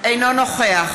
אינו נוכח